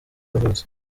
yavutse